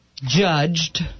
judged